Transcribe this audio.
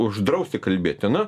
uždrausti kalbėti na